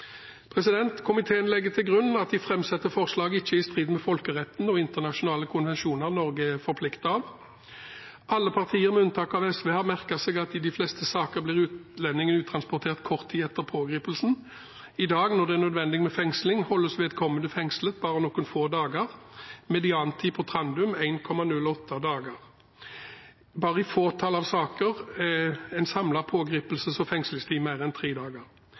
Komiteen legger til grunn av det framsatte forslaget ikke er i strid med folkeretten og internasjonale konvensjoner Norge er forpliktet av. Alle partier, med unntak av SV, har merket seg at i de fleste saker blir utlendingen uttransportert kort tid etter pågripelsen. I dag, når det er nødvendig med fengsling, holdes vedkommende fengslet bare noen få dager. I 2013 var median oppholdstid på Trandum 1,08 dager. Bare i et fåtall saker er samlet pågripelses- og fengslingstid mer enn tre dager.